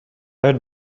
own